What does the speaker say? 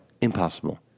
Impossible